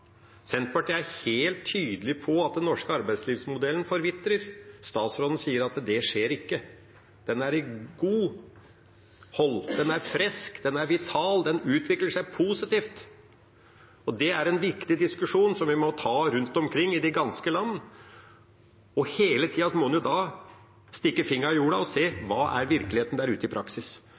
Senterpartiet er helt tydelig på at den norske arbeidslivsmodellen forvitrer. Statsråden sier at det ikke skjer – den er i godt hold, den er frisk, den er vital, den utvikler seg positivt. Dette er en viktig diskusjon som vi må ta rundt omkring i det ganske land, og hele tida må en stikke fingeren i jorda og se hva som i praksis er virkeligheten der ute.